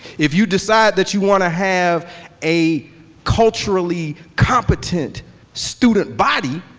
if you decide that you want to have a culturally competent student body,